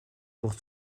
pour